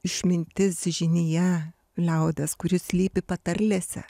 išmintis žinija liaudies kuri slypi patarlėse